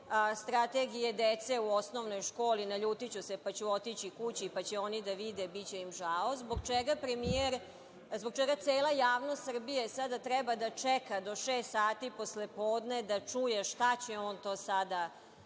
strategije dece u osnovnoj školi – naljutiću se, pa ću otići kući, pa će oni da vide, biće im žao. Zbog čega cela javnost Srbije sada treba da čeka do šest sati poslepodne da čuje šta će on to sada reći